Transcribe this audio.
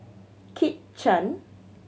Kit Chan